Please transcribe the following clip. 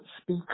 speak